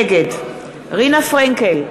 נגד רינה פרנקל,